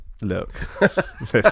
look